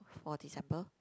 for December